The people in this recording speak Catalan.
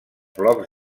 blocs